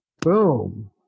boom